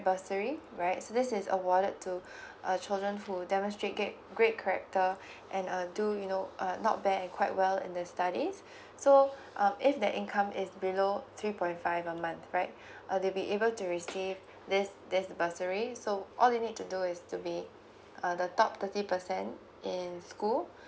bursary right so this is awarded to uh children who demonstrate great great character and uh do you know err not bad and quite well in their studies so um if their income is below three point five a month right uh they'll be able to receive this this bursary so all you need to do is to be uh the top thirty percent in